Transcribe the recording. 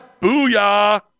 Booyah